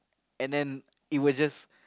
and then it was just